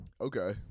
okay